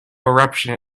eruption